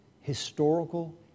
historical